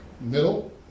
Middle